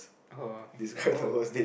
oh okay oh okay